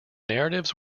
narratives